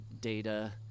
Data